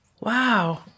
Wow